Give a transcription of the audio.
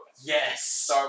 yes